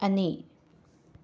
ꯑꯅꯤ